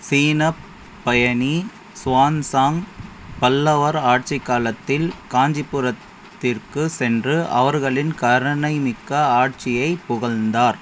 சீனப் பயணி சுவான்சாங் பல்லவர் ஆட்சிக் காலத்தில் காஞ்சிபுரத்திற்கு சென்று அவர்களின் கருணைமிக்க ஆட்சியைப் புகழ்ந்தார்